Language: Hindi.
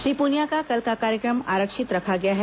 श्री पुनिया का कल का कार्यक्रम आरक्षित रखा गया है